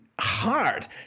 hard